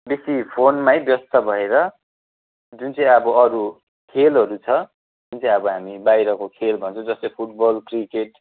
बेसी फोनमै व्यस्त भएर जुन चाहिँ अब अरू खेलहरू छ जुन चाहिँ अब हामी बाहिरको खेल भन्छौँ जस्तै फुटबल क्रिकेट